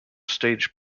stage